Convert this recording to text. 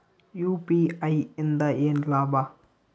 UPI ಇಂದ ಏನ್ ಲಾಭ?